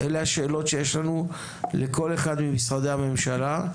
אלה השאלות שיש לנו לכל אחד ממשרדי הממשלה.